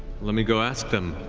let me go ask them.